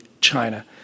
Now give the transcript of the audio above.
China